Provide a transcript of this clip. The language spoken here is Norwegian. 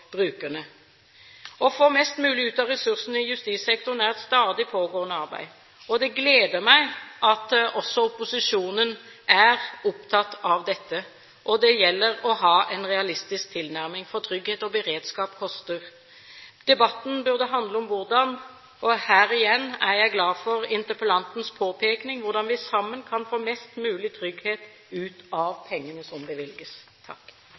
brukerne. Å få mest mulig ut av ressursene i justissektoren er et stadig pågående arbeid. Det gleder meg at også opposisjonen er opptatt av dette. Det gjelder å ha en realistisk tilnærming, for trygghet og beredskap koster. Debatten burde handle om – og her er jeg igjen glad for interpellantens påpekning – hvordan vi sammen kan få mest mulig trygghet ut av pengene som bevilges.